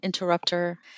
interrupter